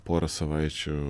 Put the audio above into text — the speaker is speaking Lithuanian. porą savaičių